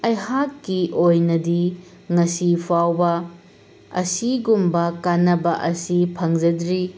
ꯑꯩꯍꯥꯛꯀꯤ ꯑꯣꯏꯅꯗꯤ ꯉꯁꯤ ꯐꯥꯎꯕ ꯑꯁꯤꯒꯨꯝꯕ ꯀꯥꯟꯅꯕ ꯑꯁꯤ ꯐꯪꯖꯗ꯭ꯔꯤ